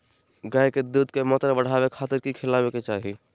गाय में दूध के मात्रा बढ़ावे खातिर कि खिलावे के चाही?